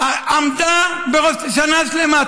עמדה שנה שלמה.